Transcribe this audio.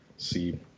see